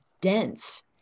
dense